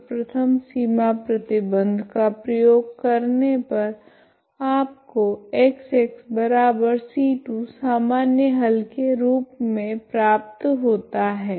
तो प्रथम सीमा प्रतिबंध का प्रयोग करने पर आपको Xc2 सामान्य हल के रूप मे प्राप्त होता है